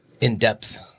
in-depth